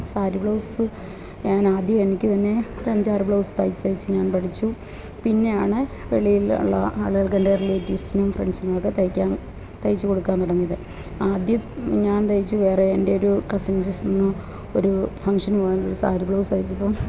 sari blouse ഞാന് ആദ്യം എനിക്ക് തന്നെ ഒരഞ്ചാറ് ബ്ലൗസ് തയിച്ച്തയിച്ച് ഞാന് പഠിച്ചു പിന്നെയാണ് വെളിയില് ഉള്ള ആളുകള്ക്കെന്റെ റിലേറ്റീവ്സിനും ഫ്രണ്ട്സിനുമൊക്കെ തയിക്കാന് തയിച്ചു കൊടുക്കാന് തുടങ്ങിയത് ആദ്യം ഞാന് തയിച്ചു വേറെ എന്റെയൊരു കസിന് സിസ്റ്ററിനും ഒരു ഫങ്ങ്ഷന് പോവാന് ഒരു സാരി ബ്ലൗസ് തയ്ച്ചപ്പോള്